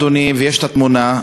ויש תמונה,